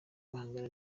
guhangana